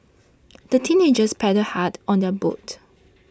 the teenagers paddled hard on their boat